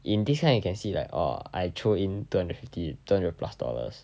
in this one you can see like orh I throw in two hundred fifty two hundred plus dollars